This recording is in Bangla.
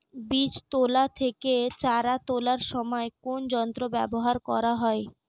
বীজ তোলা থেকে চারা তোলার সময় কোন যন্ত্র ব্যবহার করা হয়?